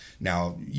Now